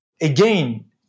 again